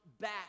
back